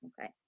Okay